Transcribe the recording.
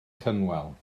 cynwal